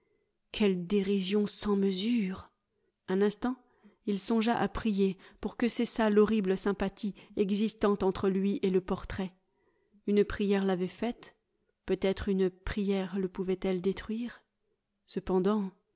quelle dérision sans mesure un instant il songea à prier pour que cessât l'horrible sympathie existant entre lui et le portrait une prière l'avait faite peut-être une prière le pouvait-elle détruire cependant